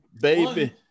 baby